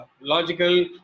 logical